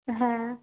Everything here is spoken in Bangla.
হ্যাঁ